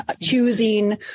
choosing